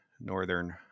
northern